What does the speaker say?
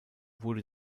wurde